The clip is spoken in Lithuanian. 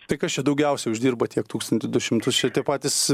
tai kas čia daugiausia uždirba tiek tūkstantį du šimtus čia tie patys